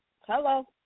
Hello